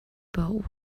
but